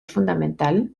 fundamental